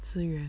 资源